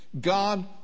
God